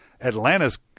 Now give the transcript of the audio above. Atlanta's